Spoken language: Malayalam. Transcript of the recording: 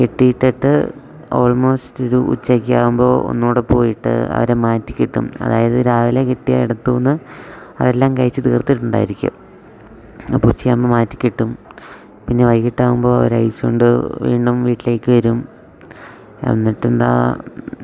കെട്ടിയിട്ടിട്ട് ഓൾമോസ്റ്റൊരു ഉച്ചയക്കെ ആകുമ്പോൾ ഒന്നൂടെ പോയിട്ട് അവരെ മാറ്റി കെട്ടും അതായത് രാവിലെ കെട്ടിയ എടുത്തൂന്ന് അവർ എല്ലാം കഴിച്ച് തീർത്തിട്ടുണ്ടായിരിക്കും അപ്പം ഉച്ചയാവുമ്പം മാറ്റി കെട്ടും പിന്നെ വൈകിട്ട് ആവുമ്പോൾ അവരെ അഴിച്ചോണ്ട് വീണ്ടും വീട്ടിലേക്ക് വരും എന്നിട്ട് എന്താ